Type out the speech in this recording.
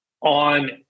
on